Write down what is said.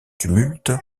tumulte